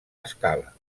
escala